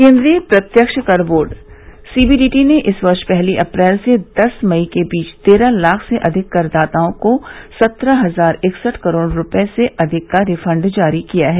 केन्द्रीय प्रत्यक्षकर board CBDT ने इस वर्ष पहली अप्रैल से दस मई के बीच तेरह लाख से अधिक कर दाताओंको सत्रह हजार इकसठ करोड़ रुपए से अधिक का रिफंडजारी किया है